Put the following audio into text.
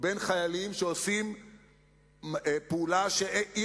ובין חיילים שעושים פעולה שיש